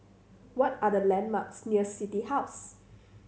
what are the landmarks near City House